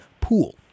pool